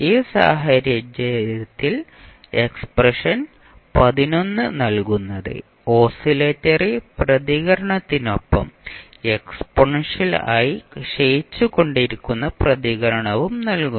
ഈ സാഹചര്യത്തിൽ എക്സ്പ്രഷൻ നൽകുന്നത് ഓസിലേറ്ററി പ്രതികരണത്തിനൊപ്പം എക്സ്പോണൻഷ്യൽ ആയി ക്ഷയിച്ചുകൊണ്ടിരിക്കുന്ന പ്രതികരണവും നൽകും